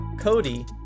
Cody